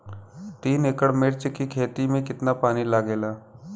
तीन एकड़ मिर्च की खेती में कितना पानी लागेला?